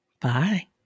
Bye